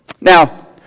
Now